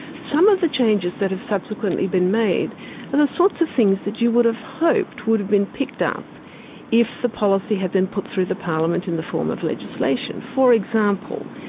some of the changes that have subsequently been made are and the sorts of things that you would've hoped would've been picked up if the policy had been put through the parliament in the form of legislation. for example,